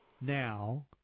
now